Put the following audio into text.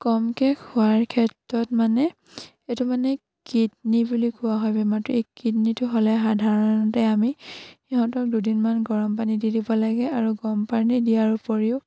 কমকে খোৱাৰ ক্ষেত্ৰত মানে এইটো মানে কিডনী বুলি কোৱা হয় বেমাৰটো এই কিডনীটো হ'লে সাধাৰণতে আমি সিহঁতক দুদিনমান গৰম পানী দি দিব লাগে আৰু গৰম পানী দিয়াৰ উপৰিও